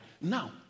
Now